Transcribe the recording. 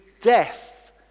death